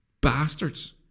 bastards